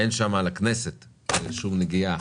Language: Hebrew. אין שם לכנסת שום נגיעה,